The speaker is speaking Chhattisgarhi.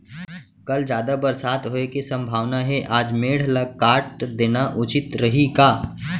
कल जादा बरसात होये के सम्भावना हे, आज मेड़ ल काट देना उचित रही का?